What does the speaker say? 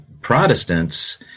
Protestants